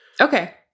Okay